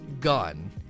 gun